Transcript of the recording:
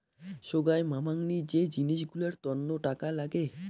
সোগায় মামাংনী যে জিনিস গুলার তন্ন টাকা লাগে